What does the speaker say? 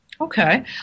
Okay